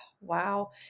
Wow